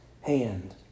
hand